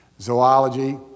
Zoology